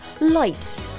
light